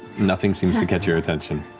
nothing seems to catch your attention.